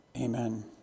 Amen